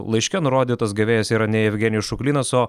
laiške nurodytas gavėjas yra ne jevgenijus šuklinas o